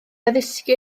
addysgu